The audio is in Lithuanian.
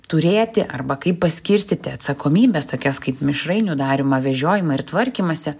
turėti arba kaip paskirstyti atsakomybes tokias kaip mišrainių darymą vežiojimą ir tvarkymąsi